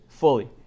fully